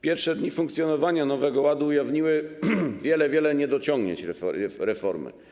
Pierwsze dni funkcjonowania Nowego Ładu ujawniły wiele, wiele niedociągnięć reformy.